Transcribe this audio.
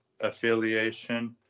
affiliation